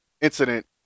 incident